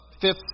fifth